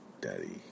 daddy